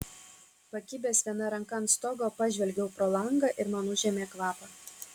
pakibęs viena ranka ant stogo pažvelgiau pro langą ir man užėmė kvapą